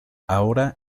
ahora